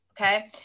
okay